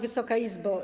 Wysoka Izbo!